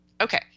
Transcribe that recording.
Okay